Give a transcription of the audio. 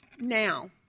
Now